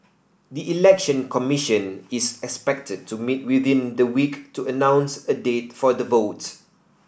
the Election Commission is expected to meet within the week to announce a date for the vote